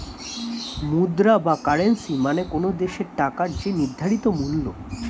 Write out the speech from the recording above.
মুদ্রা বা কারেন্সী মানে কোনো দেশের টাকার যে নির্ধারিত মূল্য